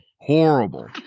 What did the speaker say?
horrible